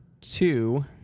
two